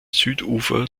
südufer